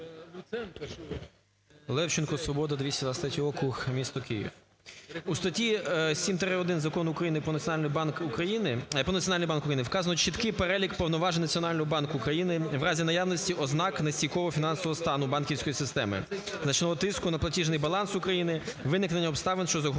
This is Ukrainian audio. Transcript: Левченко, "Свобода", 223 округ, місто Київ. У статті 7-1 Закону України "Про Національний банк України" вказано чіткий перелік повноважень Національного банку України в разі наявності ознак нестійкого фінансового стану банківської системи, значного тиску на платіжний баланс України, виникнення обставин, що загрожують